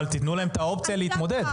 אבל תנו להם את האופציה להתמודד.